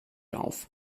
auf